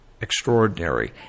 extraordinary